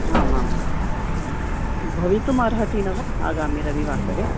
आम् आम् भवितुमर्हति न वा आगामि रविवासरे